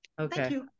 Okay